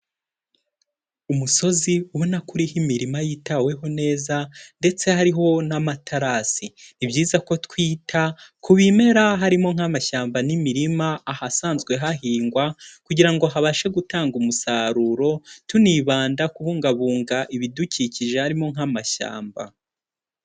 Umusozi ubona ko uriho imirima yitaweho neza ndetse hariho n'amatarasi, ni byiza ko twita ku bimera harimo nk'amashyamba n'imirima ahasanzwe hahingwa kugira ngo habashe gutanga umusaruro, tunibanda kubungabunga ibidukikije harimo nk'amashyamba.